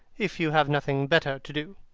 if you have nothing better to do.